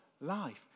life